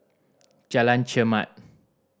Jalan Chermat